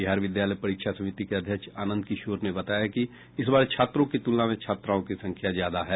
बिहार विद्यालय परीक्षा समिति के अध्यक्ष आनंद किशोर ने बताया कि इस बार छात्रों की तुलना में छात्राओं की संख्या ज्यादा है